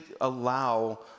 allow